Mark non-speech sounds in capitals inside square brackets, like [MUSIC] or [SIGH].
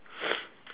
[NOISE]